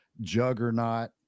juggernaut